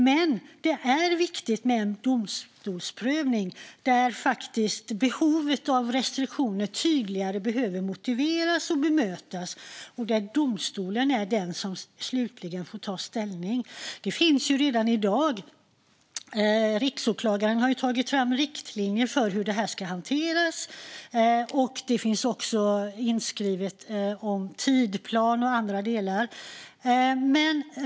Men det är viktigt med en domstolsprövning där behovet av restriktioner tydligare behöver motiveras och bemötas, och där domstolen är den som slutligen får ta ställning. Detta finns redan i dag. Riksåklagaren har tagit fram riktlinjer för hur detta ska hanteras. Även tidsplaner och andra delar finns inskrivna.